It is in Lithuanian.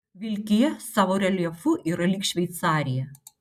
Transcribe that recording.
vilkija savo reljefu yra lyg šveicarija